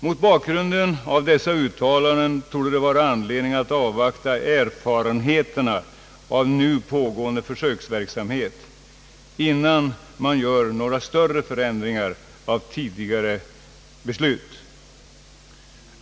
Mot bakgrunden av dessa uttalanden torde det vara all anledning att avvakta erfarenheterna av nu pågående försöksverksamhet innan man gör några större förändringar av tidigare beslut.